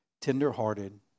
tenderhearted